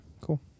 cool